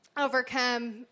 overcome